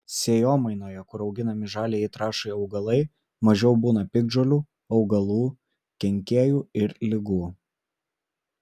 sėjomainoje kur auginami žaliajai trąšai augalai mažiau būna piktžolių augalų kenkėjų ir ligų